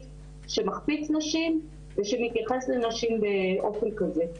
שמחפיץ נשים ושמתייחס לנשים באופן כזה.